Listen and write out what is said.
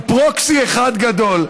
הוא פרוקסי אחד גדול,